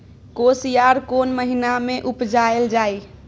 कोसयार कोन महिना मे उपजायल जाय?